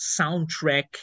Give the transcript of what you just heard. soundtrack